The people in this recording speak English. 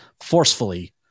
forcefully